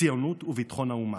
ציונות וביטחון האומה.